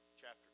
chapter